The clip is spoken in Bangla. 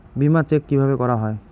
বিমা চেক কিভাবে করা হয়?